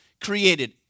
created